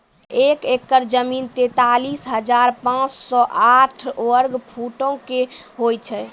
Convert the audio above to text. एक एकड़ जमीन, तैंतालीस हजार पांच सौ साठ वर्ग फुटो के होय छै